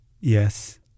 Yes